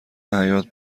حیات